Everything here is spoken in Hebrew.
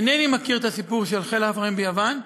אינני מכיר את הסיפור של חיל החפרים ביוון.